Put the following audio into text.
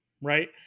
right